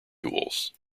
tools